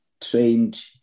trained